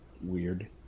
Weird